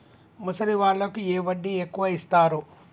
ముసలి వాళ్ళకు ఏ వడ్డీ ఎక్కువ ఇస్తారు?